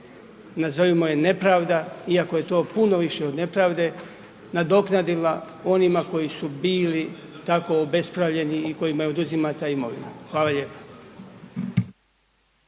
nazovimo je nepravda, iako je to puno više od nepravde, nadoknadila onima koji su bili tako obespravljeni i kojima je oduzimate imovina. Hvala lijepo.